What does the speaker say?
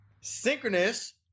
synchronous